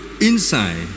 inside